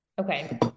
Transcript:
Okay